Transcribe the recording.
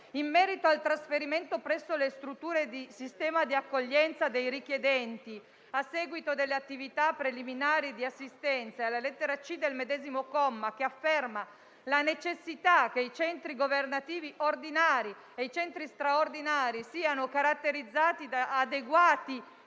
in merito al trasferimento presso le strutture di sistema di accoglienza dei richiedenti, a seguito delle attività preliminari di assistenza, e alla lettera *c)* del medesimo comma, che afferma la necessità che i centri governativi ordinari e i centri straordinari siano caratterizzati da adeguati